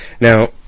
Now